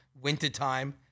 wintertime